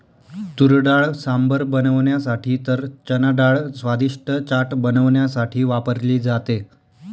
तुरडाळ सांबर बनवण्यासाठी तर चनाडाळ स्वादिष्ट चाट बनवण्यासाठी वापरली जाते